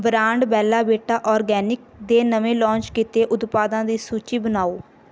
brand Bella Vita Organic ਦੇ ਨਵੇਂ launch ਕੀਤੇ ਉਤਪਾਦਾਂ ਦੀ ਸੂਚੀ ਬਣਾਓ